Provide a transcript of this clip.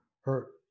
hurt